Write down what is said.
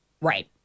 Right